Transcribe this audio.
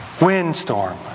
windstorm